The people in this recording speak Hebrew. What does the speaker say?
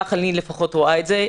כך אני לפחות רואה את זה.